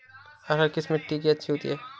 अरहर किस मिट्टी में अच्छी होती है?